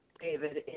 David